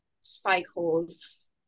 cycles